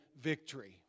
victory